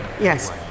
Yes